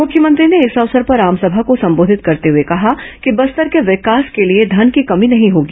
मुख्यमंत्री ने इस अवसर पर आमसभा को संबोधित करते हुए कहा कि बस्तर के विकास के लिए धन की कमी नहीं होगी